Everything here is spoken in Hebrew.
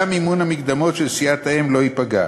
גם מימון המקדמות של סיעת-האם לא ייפגע.